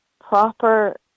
proper